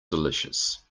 delicious